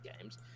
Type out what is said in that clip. games